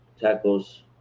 tackles